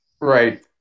Right